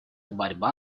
борьба